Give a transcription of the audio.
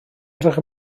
edrych